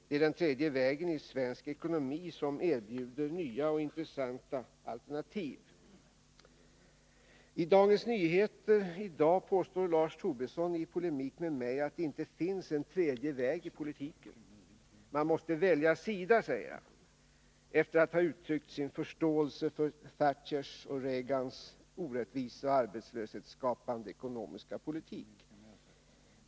Det är den tredje vägen i svensk ekonomi som erbjuder nya och intressanta alternativ. I Dagens Nyheter i dag påstår Lars Tobisson i polemik med mig att det inte finns en tredje väg i politiken. Man måste välja sida, säger han, efter att ha uttryckt sin förståelse för Thatchers och Reagans orättvisa och arbetslöshetsskapande ekonomiska politik.